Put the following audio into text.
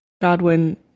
Godwin